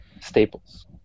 staples